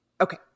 Okay